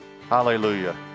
Hallelujah